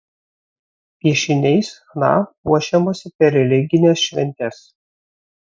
piešiniais chna puošiamasi per religines šventes